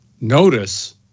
Notice